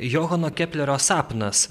johano keplerio sapnas